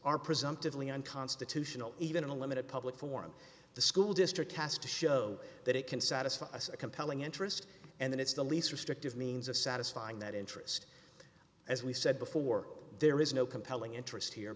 are presumptively unconstitutional even in a limited public forum the school district has to show that it can satisfy a compelling interest and that it's the least restrictive means of satisfying that interest as we said before there is no compelling interest here